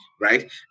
right